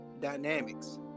dynamics